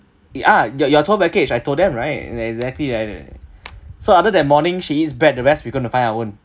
it ah your your tour package I told them right it exactly like so other than morning she eats bread the rest we're going to find our own